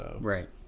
Right